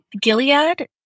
Gilead